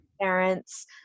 parents